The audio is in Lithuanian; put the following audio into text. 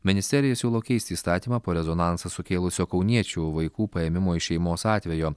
ministerija siūlo keisti įstatymą po rezonansą sukėlusio kauniečių vaikų paėmimo iš šeimos atvejo